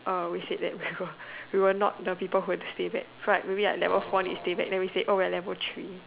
uh we said that we were we were not the people who had to stay back so like maybe level four need stay back then we say oh we are level three